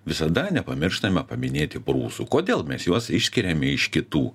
visada nepamirštame paminėti prūsų kodėl mes juos išskiriame iš kitų